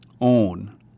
own